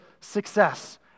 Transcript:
success